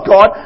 God